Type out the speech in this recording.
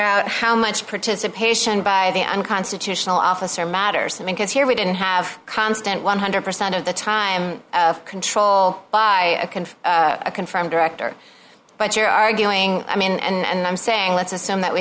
out how much participation by the unconstitutional officer matters because here we didn't have constant one hundred percent of the time control by can i confirm director but you're arguing i mean and i'm saying let's assume that we